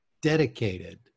dedicated